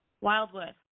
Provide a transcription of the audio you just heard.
Wildwood